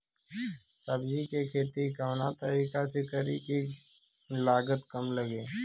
सब्जी के खेती कवना तरीका से करी की लागत काम लगे?